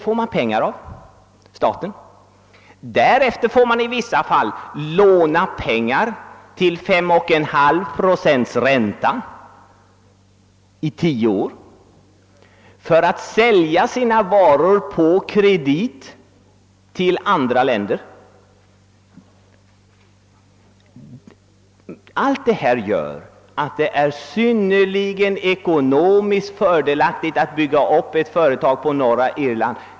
Sedan har företagaren i vissa fall möjlighet att låna pengar till 5,5 procents ränta under tio år för att sälja sina varor på kredit till andra länder. Allt detta gör att det är synnerligen ekonomiskt fördelaktigt att bygga upp ett företag på Norra Irland.